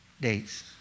days